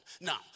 Now